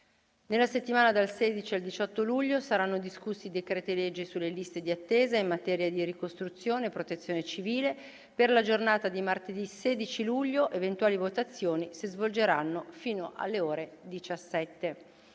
Nella settimana dal 16 al 18 luglio saranno discussi i decreti-legge sulle liste di attesa in materia di ricostruzione e protezione civile. Per la giornata di martedì 16 luglio, eventuali votazioni si svolgeranno fino alle ore 17.